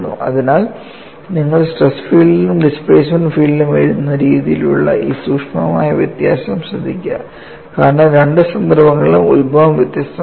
അതിനാൽ നിങ്ങൾ സ്ട്രെസ് ഫീൽഡിലും ഡിസ്പ്ലേസ്മെന്റ് ഫീൽഡിലും എഴുതുന്ന രീതിയിലുള്ള ഈ സൂക്ഷ്മമായ വ്യത്യാസം ശ്രദ്ധിക്കുക കാരണം രണ്ട് സന്ദർഭങ്ങളിലും ഉത്ഭവം വ്യത്യസ്തമാണ്